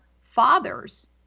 fathers